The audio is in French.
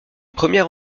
première